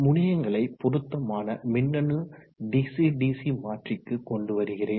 முனையங்களை பொருத்தமான மின்னணு டிசிடிசி மாற்றிக்கு கொண்டு வருகிறேன்